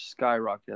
skyrocketed